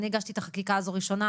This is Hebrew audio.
אני הגשתי את החקיקה הזו ראשונה,